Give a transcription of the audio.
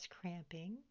cramping